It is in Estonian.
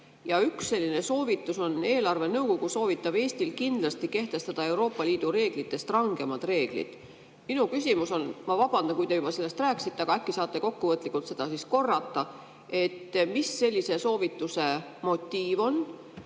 Liidu eelarvereeglites ja eelarvenõukogu soovitab Eestil kindlasti kehtestada Euroopa Liidu reeglitest rangemad reeglid. Minu küsimus on – ma vabandan, kui te sellest juba rääkisite, aga äkki saate kokkuvõtlikult seda siis korrata –, mis sellise soovituse motiiv on.